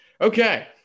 okay